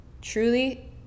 truly